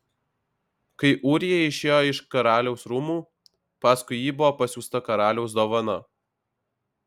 kai ūrija išėjo iš karaliaus rūmų paskui jį buvo pasiųsta karaliaus dovana